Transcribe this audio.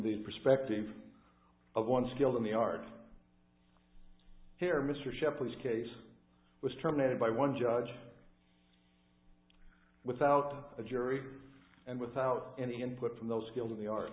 the perspective of one skilled in the arts here mr shepley case was terminated by one judge without a jury and without any input from those killed in the ar